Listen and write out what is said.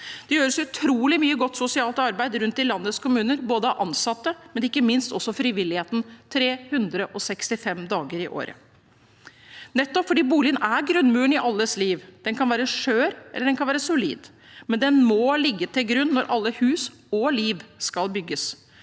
Det gjøres utrolig mye godt sosialt arbeid rundt i landets kommuner, både av ansatte og ikke minst av frivilligheten 365 dager i året. Boligen er grunnmuren i alles liv. Den kan være skjør eller solid, men den må ligge til grunn når alle hus og liv skal bygges.